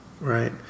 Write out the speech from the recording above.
right